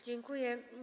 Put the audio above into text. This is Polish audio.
Dziękuję.